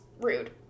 rude